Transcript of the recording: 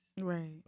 Right